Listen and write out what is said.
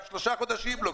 גם שלושה חודשים לא,